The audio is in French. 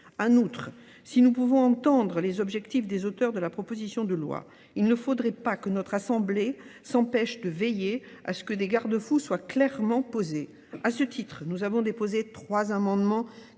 Un outre, si nous pouvons entendre les objectifs des auteurs de la proposition de loi, Il ne faudrait pas que notre assemblée s'empêche de veiller à ce que des garde-fous soient clairement posés. A ce titre, nous avons déposé trois amendements